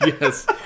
Yes